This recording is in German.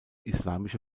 islamische